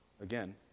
again